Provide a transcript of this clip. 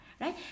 right